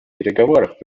переговоров